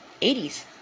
80s